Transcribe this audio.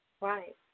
right